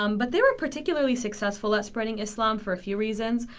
um but they were particularly successful at spreading islam for a few reasons.